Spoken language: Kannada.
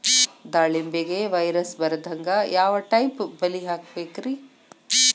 ದಾಳಿಂಬೆಗೆ ವೈರಸ್ ಬರದಂಗ ಯಾವ್ ಟೈಪ್ ಬಲಿ ಹಾಕಬೇಕ್ರಿ?